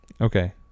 Okay